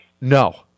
No